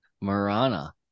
Marana